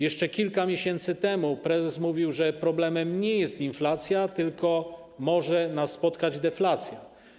Jeszcze kilka miesięcy temu prezes mówił, że problemem nie jest inflacja, tylko może nas spotkać deflacja.